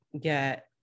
get